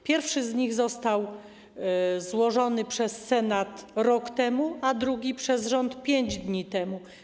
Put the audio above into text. Pierwszy z nich został złożony przez Senat rok temu, a drugi - przez rząd 5 dni temu.